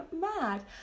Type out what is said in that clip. mad